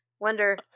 wonder